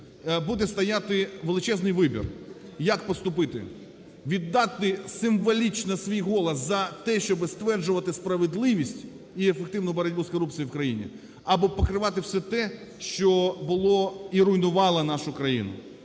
буде стояти величезний вибір, як поступити: віддати символічно свій голос за те, щоби стверджували справедливість і ефективну боротьбу з корупцію в країні або покривати все те, що було і руйнувало нашу країну.